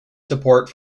support